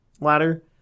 ladder